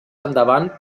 endavant